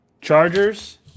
Chargers